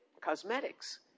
cosmetics